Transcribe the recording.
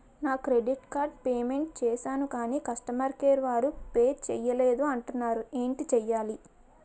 నా credit card payment చేసాను కాని కస్టమర్ కేర్ వారు పే చేయలేదు అంటున్నారు ఏంటి చేయాలి?